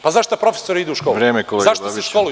Pa zašto profesori idu u školu, zašto se školuju?